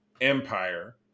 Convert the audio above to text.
Empire